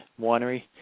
Winery